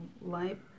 life